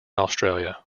australia